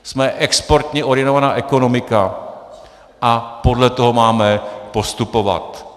Jsme exportně orientovaná ekonomika a podle toho máme postupovat.